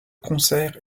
concert